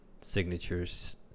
signatures